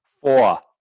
Four